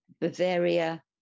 Bavaria